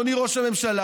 אדוני ראש הממשלה,